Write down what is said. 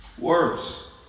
worse